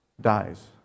dies